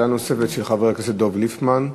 שאלה נוספת של חבר הכנסת דב ליפמן.